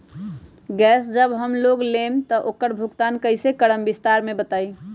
Gas जब हम लोग लेम त उकर भुगतान कइसे करम विस्तार मे बताई?